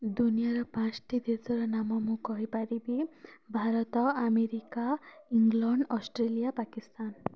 ଦୁନିଆର ପାଞ୍ଚଟି ଦେଶର ନାମ ମୁଁ କହିପାରିବି Bharat America England Australia Pakistan